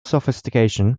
sophistication